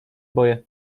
boję